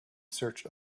search